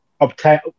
obtain